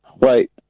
Wait